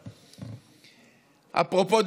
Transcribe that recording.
אפרופו,